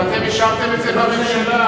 אבל אתם אישרתם את זה בממשלה.